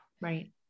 Right